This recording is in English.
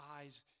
eyes